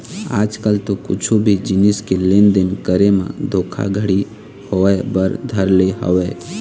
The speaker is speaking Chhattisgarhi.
आज कल तो कुछु भी जिनिस के लेन देन करे म धोखा घड़ी होय बर धर ले हवय